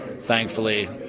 Thankfully